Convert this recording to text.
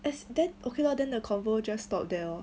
th~ then okay lor then the convo just stop there lor